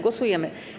Głosujemy.